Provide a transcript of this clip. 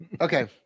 Okay